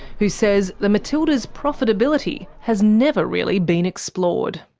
who says the matildas' profitability has never really been explored.